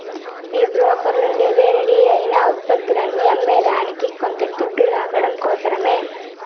ఈ బోకర్లుండేదే రెడీ అయిన ఉత్పత్తులని అమ్మేదానికి కొంత దొడ్డు లాగడం కోసరమే